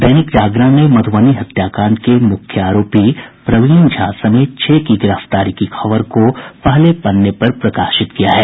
दैनिक जागरण ने मधुबनी हत्याकांड के मुख्य आरोपी प्रवीण झा समेत छह की गिरफ्तारी की खबर को पहले पन्ने पर प्रकाशित किया है